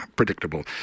predictable